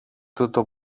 τούτο